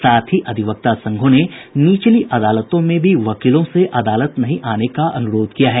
साथ ही अधिवक्ता संघों ने निचली अदालतों में भी वकीलों से अदालत नहीं आने का अनुरोध किया है